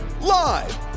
Live